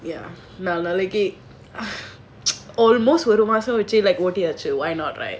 ya ஒரு மாசம் வச்சி ஓட்டியாச்சு:oru maasam vachi ottiyaachu why not right